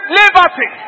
liberty